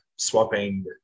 swapping